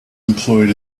employed